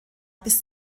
bis